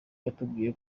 yatubwiye